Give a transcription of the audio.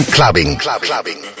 Clubbing